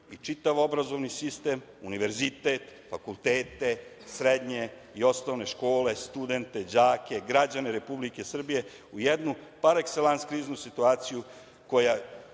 i čitav obrazovni sistem, univerzitet, fakultete, srednje i osnovne škole, studente, đake, građane Republike Srbije u jednu par ekselans situaciju koja